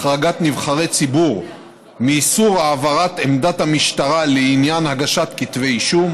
החרגת נבחרי ציבור מאיסור העברת עמדת המשטרה לעניין הגשת כתבי אישום),